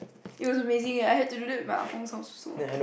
it was amazing eh I had to do that with my Ah-Gong's house also